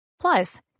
Plus